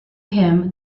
him